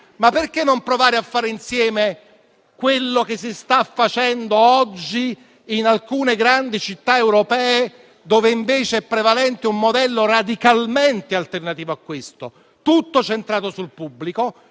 Perché non provare invece a fare insieme quello che si sta facendo oggi in alcune grandi città europee, dov'è prevalente un modello radicalmente alternativo a questo, tutto centrato sul pubblico,